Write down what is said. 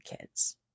kids